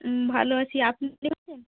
হুম ভালো আছি আপনি ভালো আছেন